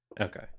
Okay